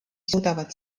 suudavad